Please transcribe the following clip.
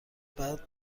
بعد